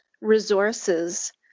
resources